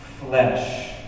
flesh